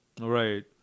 Right